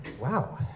Wow